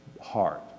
heart